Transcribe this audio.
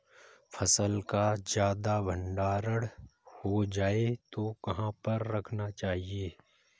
फसल का ज्यादा भंडारण हो जाए तो कहाँ पर रखना चाहिए?